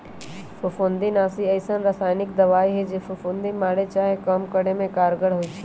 फफुन्दीनाशी अइसन्न रसायानिक दबाइ हइ जे फफुन्दी मारे चाहे कम करे में कारगर होइ छइ